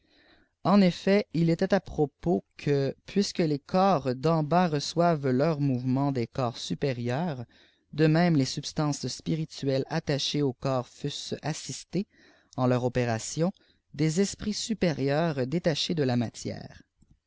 les corps den j as reçoivent leur mouvement des corps supérieurs de niême les substances spirituelles attachées aux corps fussent assistées en leurs opérations des esprits supérieurs détachés de la matière